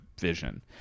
vision